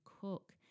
cook